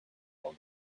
all